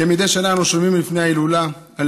כמדי שנה אנו שומעים לפני ההילולה על